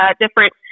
different